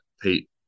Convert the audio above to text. Pete